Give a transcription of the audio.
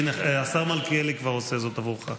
הינה, השר מלכיאלי כבר עושה זאת עבורך.